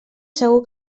segur